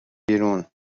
بیرون